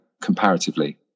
comparatively